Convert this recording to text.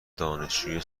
دانشجوی